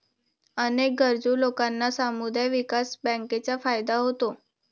अनेक गरजू लोकांना समुदाय विकास बँकांचा फायदा होतो